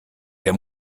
der